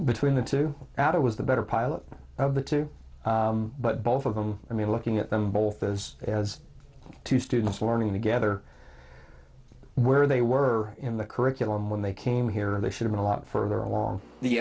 between the two outer was the better pilot of the two but both of them i mean looking at them both as as two students learning together where they were in the curriculum when they came here they should have a lot further along the